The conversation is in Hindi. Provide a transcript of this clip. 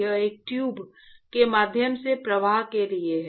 वह एक ट्यूब के माध्यम से प्रवाह के लिए है